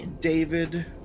David